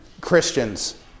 Christians